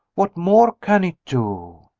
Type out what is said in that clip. what more can it do?